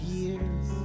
years